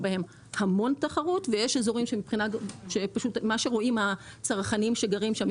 בהם המון תחרות ויש אזורים שפשוט מה שרואים הצרכנים שגרים שם,